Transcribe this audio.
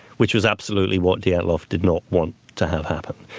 which was absolutely what dyatlov did not want to have happen.